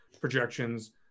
projections